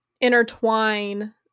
intertwine